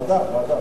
ועדה, ועדה.